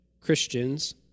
Christians